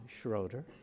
Schroeder